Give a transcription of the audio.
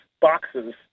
boxes